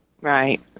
Right